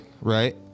right